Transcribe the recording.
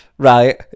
Right